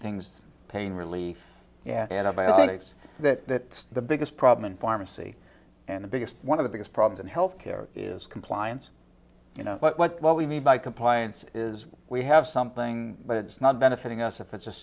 things pain relief yeah antibiotics that the biggest problem in pharmacy and the biggest one of the biggest problems in health care is compliance you know what we mean by compliance is we have something but it's not benefiting us if it's just